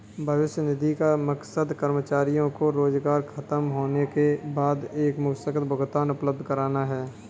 भविष्य निधि का मकसद कर्मचारियों को रोजगार ख़तम होने के बाद एकमुश्त भुगतान उपलब्ध कराना है